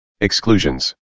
Exclusions